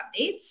updates